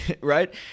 right